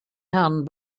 hand